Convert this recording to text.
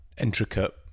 intricate